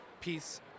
peace